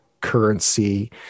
currency